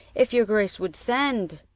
if your grace would send.